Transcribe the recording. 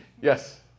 Yes